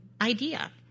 idea